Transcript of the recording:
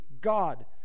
God